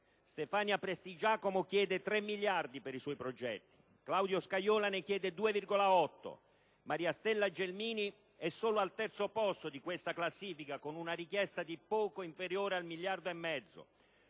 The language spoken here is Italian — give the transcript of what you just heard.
Stefania Prestigiacomo chiede 3 miliardi per i suoi progetti, Claudio Scajola ne chiede 2,8, Maria Stella Gelmini è solo al terzo posto di questa classifica con una richiesta di poco inferiore al miliardo e mezzo. Ci